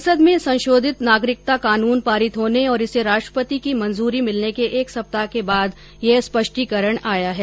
संसद में संशोधित नागरिकता कानून पारित होने और इसे राष्ट्रपति की मंजूरी मिलने के एक सप्ताह के बाद यह स्पष्टीकरण आया है